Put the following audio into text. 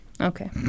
Okay